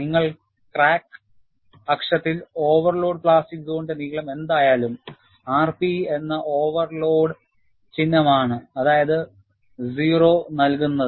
നിങ്ങൾ ക്രാക്ക് അക്ഷത്തിൽ overload plastic സോണിന്റെ നീളം എന്തായാലും rp എന്ന ഓവർലോഡ് ചിഹ്നമാണ് അതായത് o നൽകുന്നത്